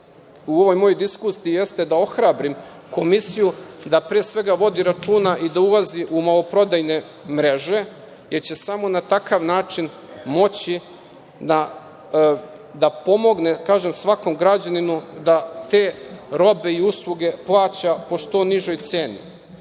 u ovoj mojoj diskusiji jeste da ohrabrim Komisiju da pre svega vodi računa i da ulazi u maloprodajne mreže, jer će samo na takav način moći da pomogne svakom građaninu da te robe i usluge plaća po što nižoj